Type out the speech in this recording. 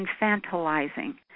infantilizing